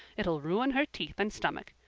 it'll ruin her teeth and stomach.